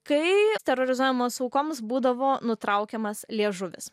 kai terorizuojamos aukoms būdavo nutraukiamas liežuvis